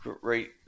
Great